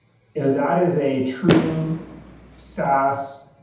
you know that is a true saas